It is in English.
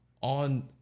on